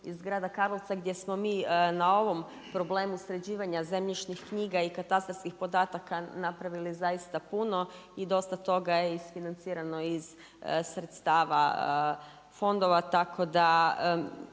iz grada Karlovca gdje smo mi na ovom problemu sređivanja zemljišnih knjiga i katastarskih podataka napravili zaista puno i dosta toga je i isfinancirano iz sredstava fondova. Tako da